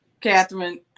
Catherine